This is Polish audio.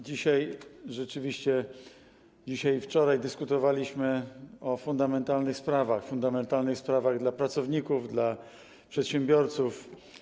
Dzisiaj rzeczywiście, dzisiaj i wczoraj dyskutowaliśmy o fundamentalnych sprawach, fundamentalnych sprawach dla pracowników, dla przedsiębiorców.